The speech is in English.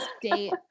date